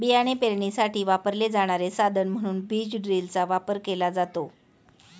बियाणे पेरणीसाठी वापरले जाणारे साधन म्हणून बीज ड्रिलचा वापर केला जातो